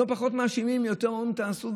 פחות מאשימים ויותר אומרים: תעשו,